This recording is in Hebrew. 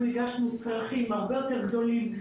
אנחנו הגשנו צרכים הרבה יותר גדולים,